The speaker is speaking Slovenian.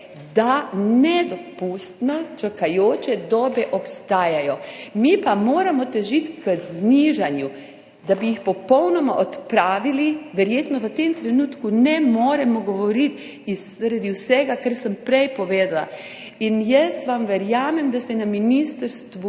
da nedopustno čakajoče dobe obstajajo. Mi pa moramo težiti k znižanju, da bi jih popolnoma odpravili verjetno v tem trenutku ne moremo govoriti zaradi vsega, kar sem prej povedala. Jaz vam verjamem, da se na ministrstvu